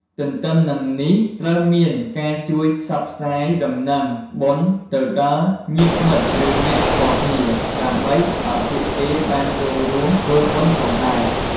ទទ្ទឹមនឹងនេះត្រូវមានការជួយផ្សព្វផ្សាយដំណឹងបុណ្យទៅដល់ញាតិមិត្ត ឬអ្នកស្គាល់គ្នា ដើម្បីឱ្យពួកគេបានចូលរួមធ្វើបុណ្យផងដែរ។